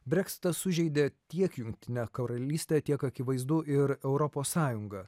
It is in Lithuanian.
breksitas sužeidė tiek jungtinę karalystę tiek akivaizdu ir europos sąjungą